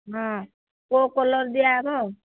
ହଁ କୋଉ କଲର୍ ଦିଆହେବ